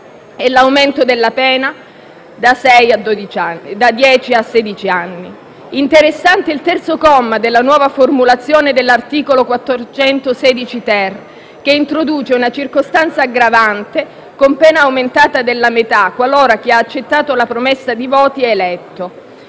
e l'aumento della pena da dieci a sedici anni. Interessante il terzo comma della nuova formulazione dell'articolo 416-*ter*, che introduce una circostanza aggravante, con pena aumentata della metà, qualora chi ha accettato la promessa di voti sia eletto.